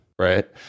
Right